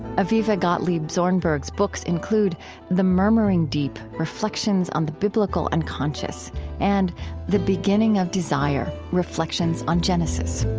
avivah gottlieb zornberg's books include the murmuring deep reflections on the biblical unconscious and the beginning of desire reflections on genesis